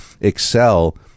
Excel